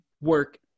work